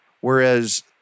whereas